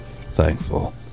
thankful